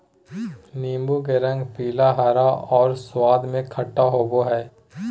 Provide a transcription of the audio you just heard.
नीबू के रंग पीला, हरा और स्वाद में खट्टा होबो हइ